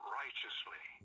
righteously